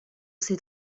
sait